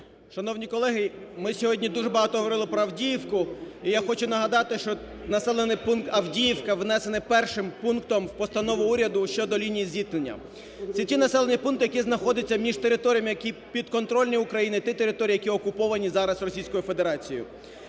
Шановні колеги, ми сьогодні дуже багато говорили про Авдіївку І я хочу нагадати, що населений пункт Авдіївка внесений першим пунктом в постанову уряду щодо лінії зіткнення. Це ті населені пункти, які знаходяться між територіями, які підконтрольні Україні, і ті території, які окуповані зараз Російською Федерацією.